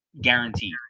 guaranteed